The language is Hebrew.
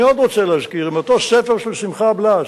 אני עוד רוצה להזכיר, באותו ספר של שמחה בלאס,